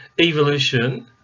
evolution